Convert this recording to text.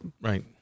right